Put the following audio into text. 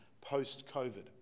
post-COVID